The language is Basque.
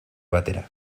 batera